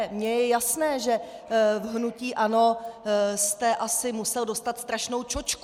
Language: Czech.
Mně je jasné, že v hnutí ANO jste asi musel dostat strašnou čočku.